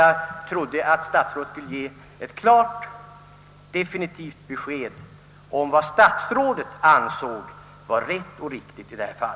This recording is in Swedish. Jag trodde att statsrådet skulle ge ett klart definitivt besked om vad statsrådet ansåg var rätt och riktigt i detta fall.